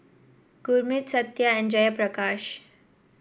Gurmeet Satya and Jayaprakash